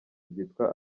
ryitwa